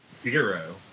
Zero